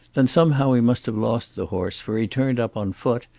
then somehow he must have lost the horse, for he turned up on foot,